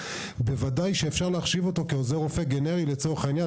בוודאי שאפשר להכשיר אותם כעוזר רופא גנרי לצורך העניין.